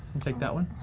i'll take that one?